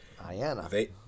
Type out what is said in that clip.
IANA